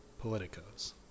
Politicos